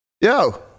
Yo